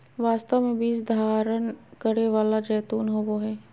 वास्तव में बीज धारण करै वाला जैतून होबो हइ